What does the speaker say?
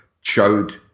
showed